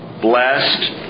blessed